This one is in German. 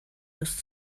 bis